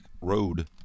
Road